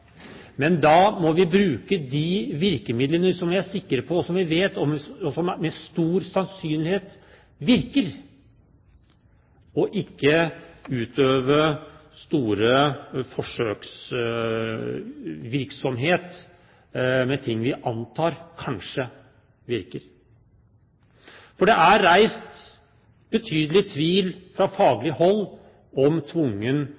Men da må vi bruke de virkemidlene som vi er sikre på med stor sannsynlighet virker, og ikke utøve forsøksvirksomhet med ting vi antar kanskje virker. For det er reist betydelig tvil fra faglig hold om tvungen